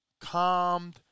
calmed